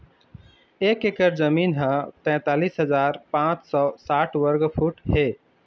एक एकर जमीन ह तैंतालिस हजार पांच सौ साठ वर्ग फुट हे